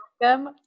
Welcome